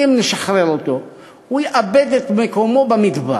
אם נשחרר אותו הוא יאבד את מקומו במדבר,